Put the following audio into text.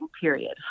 period